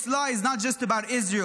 This law is not just about Israel,